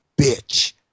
bitch